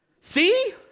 See